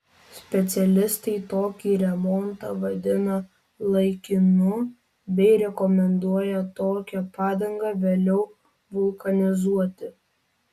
specialistai tokį remontą vadina laikinu bei rekomenduoja tokią padangą vėliau vulkanizuoti